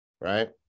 right